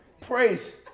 praise